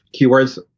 keywords